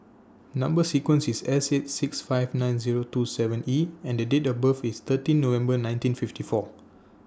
Number sequence IS S eight six five nine Zero two seven E and Date of birth IS thirteen November nineteen fifty four